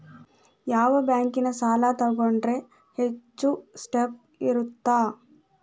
ಯಾವ ಬ್ಯಾಂಕಿನ ಸಾಲ ತಗೊಂಡ್ರೆ ಹೆಚ್ಚು ಸೇಫ್ ಇರುತ್ತಾ?